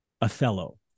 Othello